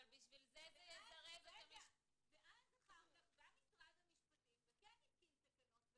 בא משרד המשפטים וכן התקין תקנות,